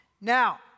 Now